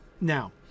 Now